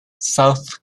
south